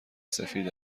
سفید